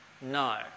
No